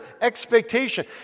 expectation